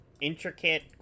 Intricate